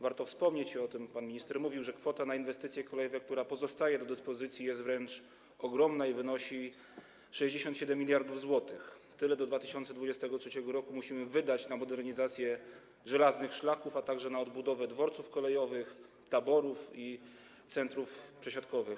Warto wspomnieć, i o tym pan minister mówił, że kwota na inwestycje kolejowe, która pozostaje do dyspozycji, jest wręcz ogromna i wynosi 67 mld zł - tyle do 2023 r. musimy wydać na modernizację żelaznych szlaków, a także na odbudowę dworców kolejowych, taborów i centrów przesiadkowych.